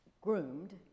groomed